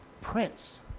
prince